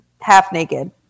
Half-naked